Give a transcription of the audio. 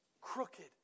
Crooked